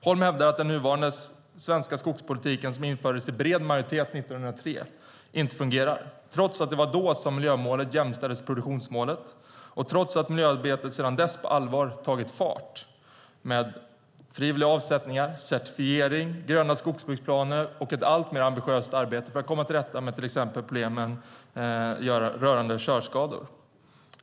Holm hävdar att den nuvarande svenska skogspolitiken, som infördes i bred majoritet 1903, inte fungerar, trots att det var då som miljömålet jämställdes med produktionsmålet och trots att miljöarbetet sedan dess på allvar tagit fart med frivilliga avsättningar, certifiering, gröna skogsbruksplaner och ett alltmer ambitiöst arbete för att komma till rätta med till exempel problemen rörande körskador.